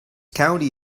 county